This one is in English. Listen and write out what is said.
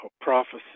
prophecy